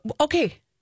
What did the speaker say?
okay